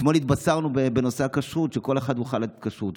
אתמול התבשרנו בנושא הכשרות שכל אחד יוכל לתת כשרות,